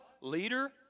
leader